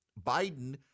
Biden